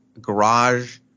garage